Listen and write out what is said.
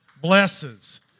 blesses